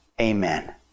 amen